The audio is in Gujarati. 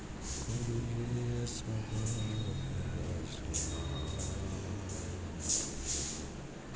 ગુરૂજીએ સમર્યા સૂના